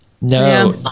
No